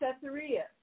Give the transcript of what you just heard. Caesarea